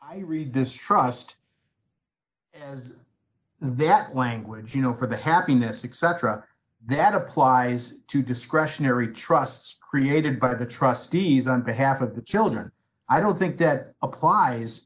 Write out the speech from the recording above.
i read distrust that language you know for the happiness except for that applies to discretionary trusts created by the trustees on behalf of the children i don't think that applies